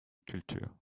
culture